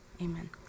amen